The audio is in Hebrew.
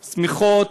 שמיכות,